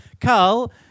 Carl